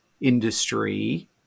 industry